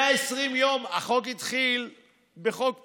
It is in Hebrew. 120 יום, החוק התחיל בחוק פשוט: